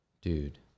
dude